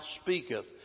speaketh